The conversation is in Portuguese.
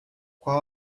qual